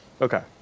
Okay